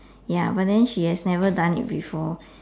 ya but then she has never done it before